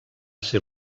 ser